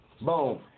boom